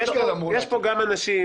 יש פה גם אנשים